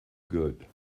good